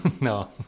No